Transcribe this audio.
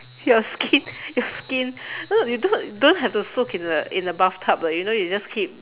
your skin your skin no you don't don't have to soak in a in a bathtub [what] you know you just keep